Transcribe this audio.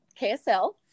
KSL